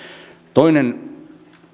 toinen